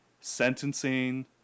sentencing